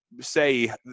say